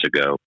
ago